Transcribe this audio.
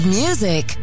music